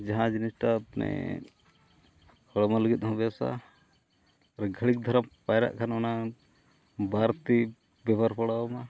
ᱡᱟᱦᱟᱸ ᱡᱤᱱᱤᱥᱴᱟ ᱢᱟᱱᱮ ᱦᱚᱲᱢᱚ ᱞᱟᱹᱜᱤᱫ ᱦᱚᱸ ᱵᱮᱥᱟ ᱟᱨ ᱜᱷᱟᱹᱲᱤᱡ ᱫᱷᱟᱨᱟᱢ ᱯᱟᱭᱨᱟᱜ ᱠᱷᱟᱱ ᱚᱱᱟ ᱵᱟᱨ ᱛᱤ ᱵᱮᱵᱚᱦᱟᱨ ᱯᱟᱲᱟᱣ ᱟᱢᱟ